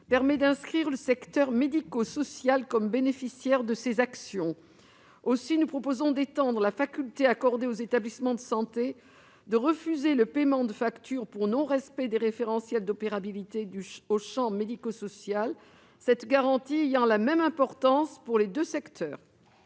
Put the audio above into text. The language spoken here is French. permet d'inscrire le secteur médico-social comme bénéficiaire de ses actions. Aussi proposons-nous d'étendre la faculté accordée aux établissements de santé de refuser le paiement de factures pour non-respect des référentiels d'interopérabilité au champ médico-social, cette garantie ayant la même importance pour les deux secteurs.